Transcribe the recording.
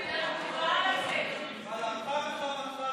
על אפך וחמתך,